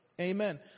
Amen